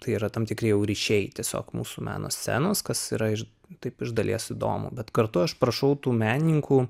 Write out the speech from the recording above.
tai yra tam tikri jau ryšiai tiesiog mūsų meno scenos kas yra ir taip iš dalies įdomu bet kartu aš prašau tų menininkų